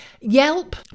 Yelp